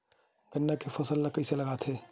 गन्ना के फसल ल कइसे लगाथे?